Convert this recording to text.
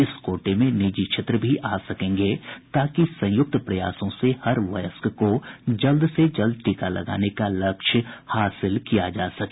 इस कोटे में निजी क्षेत्र भी आ सकेंगे ताकि संयुक्त प्रयासों से हर वयस्क को जल्द से जल्द टीका लगाने का लक्ष्य हासिल किया सके